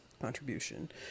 contribution